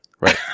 Right